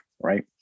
right